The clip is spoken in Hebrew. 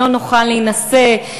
לא נוכל להינשא,